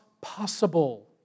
possible